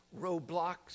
roadblocks